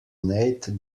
nate